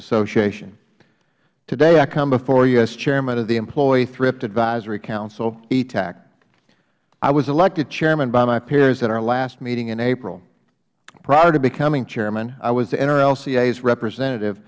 association today i come before you as chairman of the employee thrift advisory council etac i was elected chairman by my peers at our last meeting in april prior to becoming chairman i was nrlca's representative